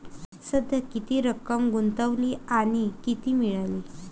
सध्या किती रक्कम गुंतवली आणि किती मिळाली